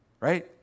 right